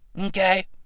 Okay